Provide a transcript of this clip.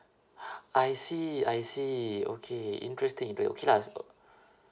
I see I see okay interesting inte~ okay lah so